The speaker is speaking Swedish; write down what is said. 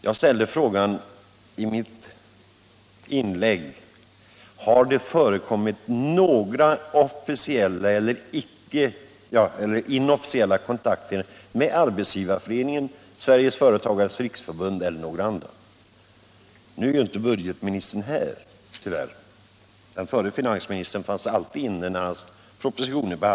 Jag ställde frågan: Har det förekommit några officiella — Nr 46 tagares riksförbund eller andra? Men nu är tyvärr inte budgetministern 15 december 1976 här — den förre finansministern fanns alltid inne när en sådan härpro Lo position behandlades.